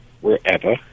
wherever